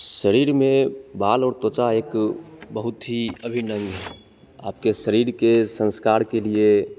शरीर में बाल और त्वचा एक बहुत ही अभिन्न अंग है आपके शरीर के संस्कार के लिए